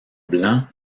blanc